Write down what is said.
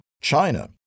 China